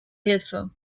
hilfe